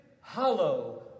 hollow